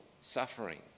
suffering